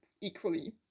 equally